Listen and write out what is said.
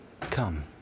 Come